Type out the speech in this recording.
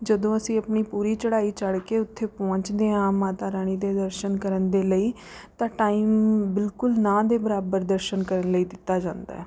ਜਦੋਂ ਅਸੀਂ ਆਪਣੀ ਪੂਰੀ ਚੜ੍ਹਾਈ ਚੜ੍ਹ ਕੇ ਉੱਥੇ ਪਹੁੰਚਦੇ ਹਾਂ ਮਾਤਾ ਰਾਣੀ ਦੇ ਦਰਸ਼ਨ ਕਰਨ ਦੇ ਲਈ ਤਾਂ ਟਾਈਮ ਬਿਲਕੁਲ ਨਾ ਦੇ ਬਰਾਬਰ ਦਰਸ਼ਨ ਕਰਨ ਲਈ ਦਿੱਤਾ ਜਾਂਦਾ ਹੈ